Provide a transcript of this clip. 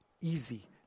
easy